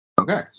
Okay